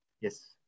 Yes